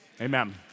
Amen